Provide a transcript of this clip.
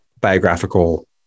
biographical